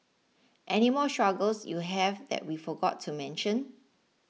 any more struggles you have that we forgot to mention